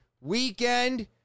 weekend